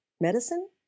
medicine